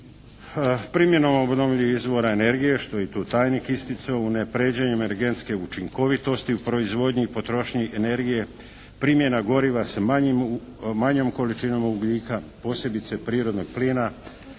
Primjenom obnovljivih izvora energije, što je tu i tajnik isticao unapređenje energetske učinkovitosti u proizvodnji i potrošnji energije, primjena goriva sa manjom količinom ugljika, posebice prirodnog plina,